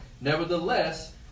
Nevertheless